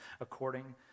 according